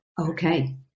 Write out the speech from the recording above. Okay